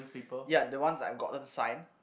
ya the ones that I've gotten signed